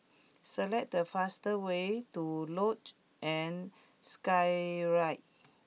select the fastest way to Luge and Skyride